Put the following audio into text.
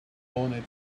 ornate